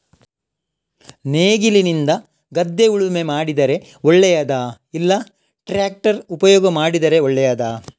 ನೇಗಿಲಿನಿಂದ ಗದ್ದೆ ಉಳುಮೆ ಮಾಡಿದರೆ ಒಳ್ಳೆಯದಾ ಇಲ್ಲ ಟ್ರ್ಯಾಕ್ಟರ್ ಉಪಯೋಗ ಮಾಡಿದರೆ ಒಳ್ಳೆಯದಾ?